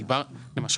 קודם,